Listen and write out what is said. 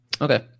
Okay